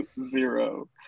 zero